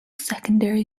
secondary